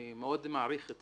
אני מאוד מעריך את